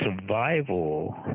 survival